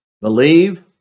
Believe